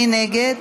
מי נגד?